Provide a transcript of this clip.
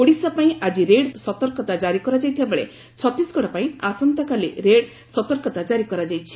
ଓଡ଼ିଶା ପାଇଁ ଆଜି ରେଡ୍ ସତର୍କତା କାରି କରାଯାଇଥିବା ବେଳେ ଛତିଶଗଡ଼ ପାଇଁ ଆସନ୍ତାକାଲି ରେଡ୍ ସତର୍କତା ଜାରି କରାଯାଇଛି